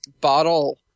bottle